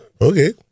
okay